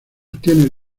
obtiene